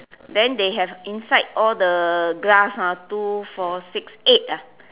then they have inside all the glass ah two four six eight ah